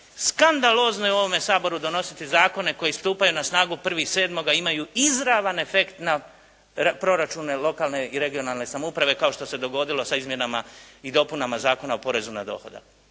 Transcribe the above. Skandalozno je u ovome Saboru donositi zakone koji stupaju na snagu 1.7. imaju izravan efekt na proračune lokalne i regionalne samouprave kao što se dogodilo sa izmjenama i dopunama Zakona o porezu na dohodak.